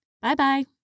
Bye-bye